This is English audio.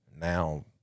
now